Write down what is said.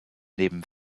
neben